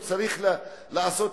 הוא צריך להתפרק.